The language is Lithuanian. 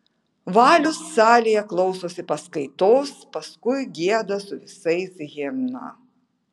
valius salėje klausosi paskaitos paskui gieda su visais himną